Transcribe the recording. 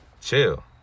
chill